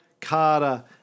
Carter